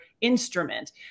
instrument